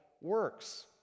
works